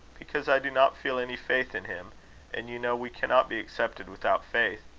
because i do not feel any faith in him and you know we cannot be accepted without faith.